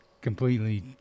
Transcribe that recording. completely